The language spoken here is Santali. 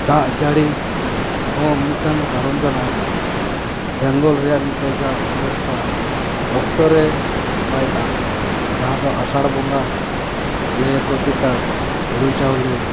ᱫᱟᱜ ᱡᱟᱹᱲᱤ ᱦᱚᱸ ᱢᱤᱫᱴᱟᱝ ᱠᱟᱨᱚᱱ ᱠᱟᱱᱟ ᱵᱮᱝᱜᱚᱞ ᱨᱮᱭᱟᱜ ᱱᱤᱛᱚᱜ ᱡᱟ ᱚᱵᱚᱥᱛᱟ ᱚᱠᱛᱚ ᱨᱮ ᱵᱟᱭ ᱫᱟᱜ ᱮᱜᱼᱟ ᱡᱟᱦᱟᱸ ᱫᱚ ᱟᱥᱟᱲ ᱵᱚᱸᱜᱟ ᱞᱟᱹᱭᱟᱠᱚ ᱪᱮᱛᱟ ᱦᱩᱲᱩ ᱪᱟᱣᱞᱮ